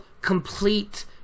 complete